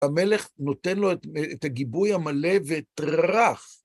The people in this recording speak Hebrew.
המלך נותן לו את הגיבוי המלא ואת רף.